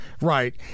right